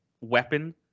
weapon